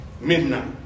midnight